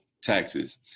taxes